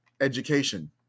education